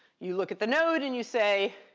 you look at the node and you say,